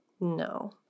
No